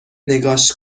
نگاش